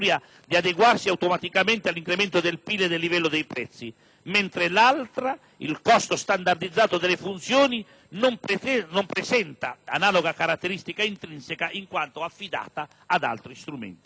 di adeguarsi automaticamente all'incremento del PIL e del livello dei prezzi, mentre l'altra (il costo standardizzato delle funzioni) non presenta analoga caratteristica intrinseca, in quanto affidata ad altri strumenti.